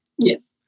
Yes